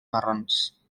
marrons